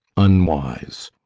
unwise.